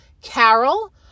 carol